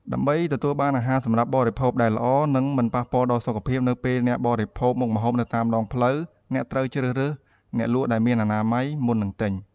ដើម្បីទទួលបានអាហារសម្រាប់បរិភោគដែលល្អ និងមិនប៉ះពាល់ដល់សុខភាពនៅពេលអ្នកបរិភោគមុខម្ហូបនៅតាមដងផ្លូវ អ្នកត្រូវតែជ្រើសរើសអ្នកលក់ដែលមានអនាម័យ មុននឹងទិញ។